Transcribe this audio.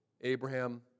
Abraham